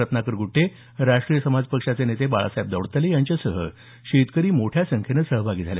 रत्नाकर गुट्टे राष्ट्रीय समाज पक्षाचे नेते बाळासाहेब दौडतले यांच्यासह शेतकरी मोठ्या संख्येनं सहभागी झाले